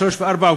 שלוש וארבע,